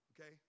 Okay